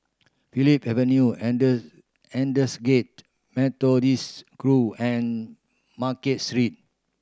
Phillip Avenue Aldersgate Methodist Grove and Market Street